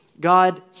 God